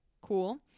Cool